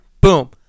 boom